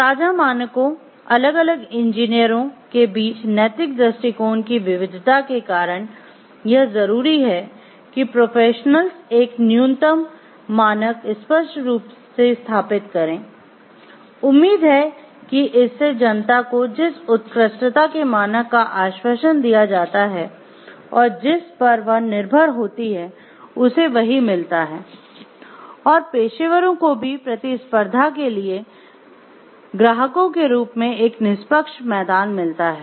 साझा मानकों अलग अलग इंजीनियरों के बीच नैतिक दृष्टिकोण की विविधता के कारण यह जरूरी है कि प्रोफेशनल्स एक न्यूनतम मानक स्पष्ट रूप से स्थापित करें उम्मीद है कि इससे जनता को जिस उत्कृष्टता के मानक का आश्वासन दिया जाता है और जिस पर वह निर्भर होती है उसे वही मिलता है और पेशेवरों को भी प्रतिस्पर्धा के लिए ग्राहकों के रूप में एक निष्पक्ष मैदान मिलता है